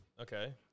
Okay